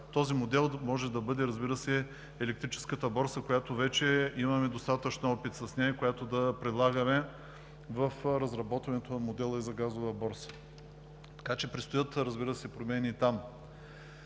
този модел може да бъде, разбира се, електрическата борса, с която имаме вече достатъчно опит, и да я предлагаме в разработването на модела и за газова борса, така че предстоят промени и там.